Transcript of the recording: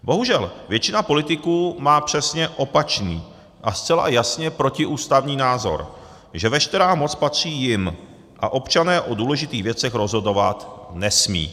Bohužel většina politiků má přesně opačný a zcela jasně protiústavní názor, že veškerá moc patří jim a občané o důležitých věcech rozhodovat nesmějí.